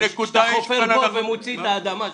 כשאתה חופר בור ואתה מוציא את האדמה שלו.